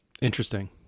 Interesting